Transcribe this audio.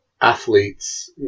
athletes